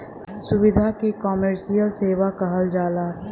सुविधा के कमर्सिअल सेवा कहल जाला